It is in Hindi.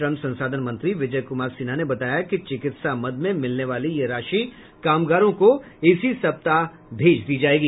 श्रम संसाधन मंत्री विजय कुमार सिन्हा ने बताया कि चिकित्सा मद में मिलने वाले यह राशि कामगारों को इसी सप्ताह भेज दी जायेगी